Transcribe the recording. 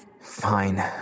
Fine